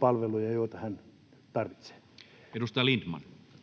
palveluja, joita hän tarvitsee? Edustaja Lindtman.